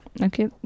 Okay